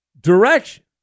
direction